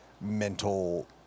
mental